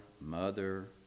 mother